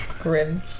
Grim